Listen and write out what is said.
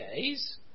days